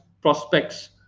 prospects